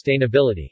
sustainability